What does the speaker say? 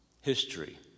history